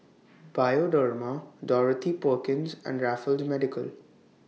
Bioderma Dorothy Perkins and Raffles Medical